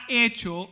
hecho